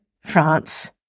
France